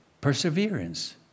Perseverance